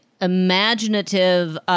imaginative